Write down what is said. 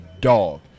dog